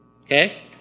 Okay